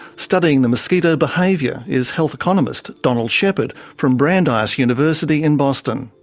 studying the mosquito behaviour is health economist donald shepard from brandeis university in boston.